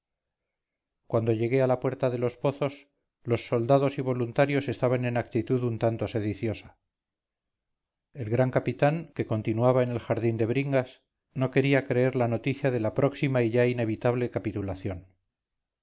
cuando llegué a la puerta de los pozos los soldados y voluntarios estaban en actitud un tanto sediciosa el gran capitán que continuaba en el jardín de bringas no quería creer la noticia de la próxima y ya inevitable capitulación